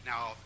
Now